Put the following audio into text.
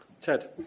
Ted